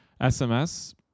SMS